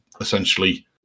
essentially